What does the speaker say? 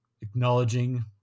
acknowledging